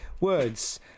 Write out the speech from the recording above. words